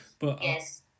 yes